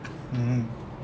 mm